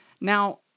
Now